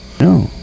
No